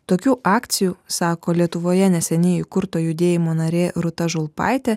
tokių akcijų sako lietuvoje neseniai įkurto judėjimo narė rūta žulpaitė